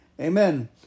Amen